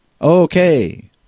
Okay